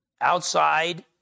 outside